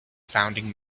founding